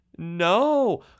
No